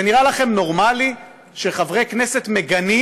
זה נראה לכם נורמלי שחברי כנסת מגנים